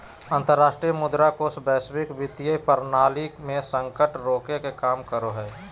अंतरराष्ट्रीय मुद्रा कोष वैश्विक वित्तीय प्रणाली मे संकट रोके के काम करो हय